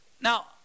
Now